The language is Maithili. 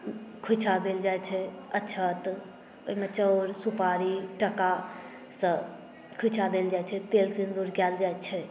खोँइछा देल जाइत छै अक्षत ओहिमे चाउर सुपारी टाकासँ खोँइछा देल जाइत छै तेल सिन्दूर कयल जाइत छै